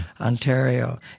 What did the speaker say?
Ontario